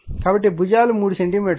కాబట్టి భుజాలు 3 సెంటీమీటర్లు